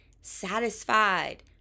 satisfied